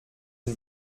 une